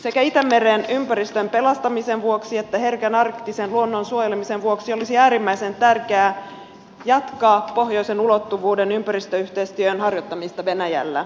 sekä itämeren ympäristön pelastamisen vuoksi että herkän arktisen luonnon suojelemisen vuoksi olisi äärimmäisen tärkeää jatkaa pohjoisen ulottuvuuden ympäristöyhteistyön harjoittamista venäjällä